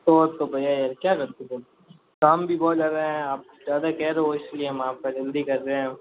हो तो गया है क्या कन्फ्यूज़न है काम भी बहुत ज़्यादा है आप ज़्यादा कह रहे हो इसलिए हम आप जल्दी कर रहे हैं